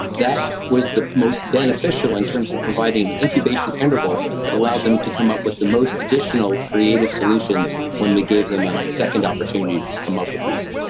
that was the most beneficial in terms of providing an incubation interval that allowed them to come up with the most additional creative solutions when we gave them a second opportunity to come up with these.